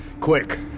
Quick